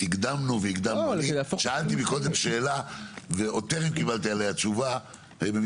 שאלתי שאלה וטרם קיבלתי תשובה.